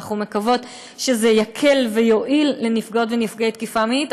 אנחנו מקוות שזה יקל ויועיל לנפגעות ונפגעי תקיפה מינית,